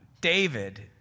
David